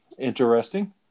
Interesting